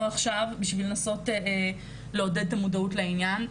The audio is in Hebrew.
עכשיו בשביל לנסות לעודד את המודעות לעניין.